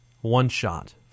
one-shot